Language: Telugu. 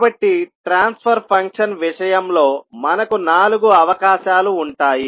కాబట్టి ట్రాన్స్ఫర్ ఫంక్షన్ విషయంలో మనకు నాలుగు అవకాశాలు ఉంటాయి